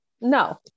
no